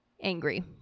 angry